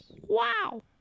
Wow